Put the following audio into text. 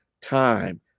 time